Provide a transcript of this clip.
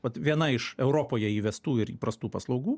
vat viena iš europoje įvestų ir įprastų paslaugų